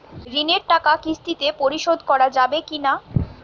ঋণের টাকা কিস্তিতে পরিশোধ করা যাবে কি না?